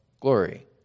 glory